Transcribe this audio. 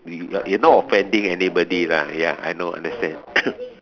you're not offending anybody lah ya I know understand